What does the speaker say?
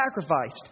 sacrificed